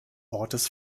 ortes